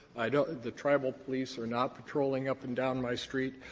the tribal police are not patrolling up and down my street.